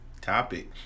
topic